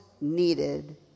needed